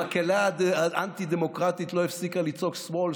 המקהלה האנטי-דמוקרטית לא הפסיקה לצעוק: שמאל,